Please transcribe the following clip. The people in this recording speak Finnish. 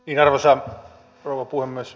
arvoisa rouva puhemies